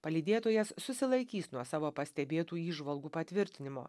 palydėtojas susilaikys nuo savo pastebėtų įžvalgų patvirtinimo